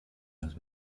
las